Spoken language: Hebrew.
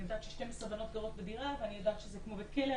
אני יודעת ש-12 בנות גרות בדירה ואני יודעת שזה כמו בכלא,